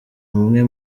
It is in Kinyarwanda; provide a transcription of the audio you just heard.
umwe